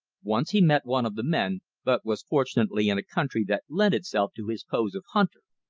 once he met one of the men but was fortunately in a country that lent itself to his pose of hunter.